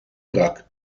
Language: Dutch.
brak